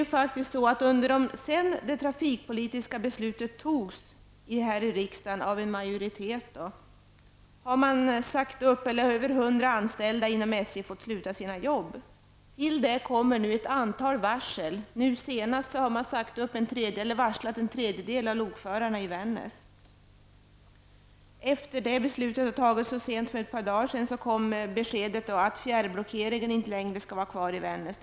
Sedan det trafikpolitiska beslutet fattades i riksdagen av en majoritet, har över 100 anställda inom SJ fått sluta sina anställningar. Till det kommer nu ett antal varsel. Senast har en tredjedel av lokförarna i Vännäs varslats om uppsägning. Efter att det beslutet fattades, så sent som för ett par dagar sedan, kom beskedet att fjärrblockeringen inte längre skall vara kvar i Vännäs.